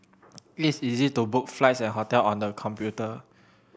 it is easy to book flights and hotel on the computer